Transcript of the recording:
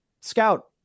Scout